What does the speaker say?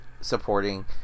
supporting